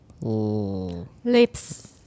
Lips